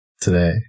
today